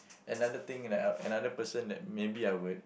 another thing and a another person that maybe I would